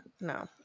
No